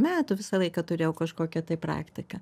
metų visą laiką turėjau kažkokią tai praktiką